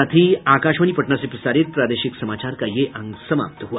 इसके साथ ही आकाशवाणी पटना से प्रसारित प्रादेशिक समाचार का ये अंक समाप्त हुआ